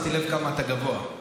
לגב שלי.